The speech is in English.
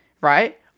right